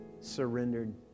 surrendered